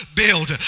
build